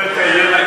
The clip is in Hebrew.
איילת,